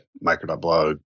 micro.blog